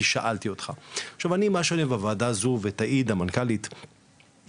כי שאלתי אותך ומה שאני אוהב בוועדה הזו ותעיד המנכ"לית היקרה,